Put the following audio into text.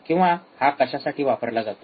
किंवा हा कशासाठी वापरला जातो